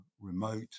remote